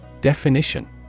Definition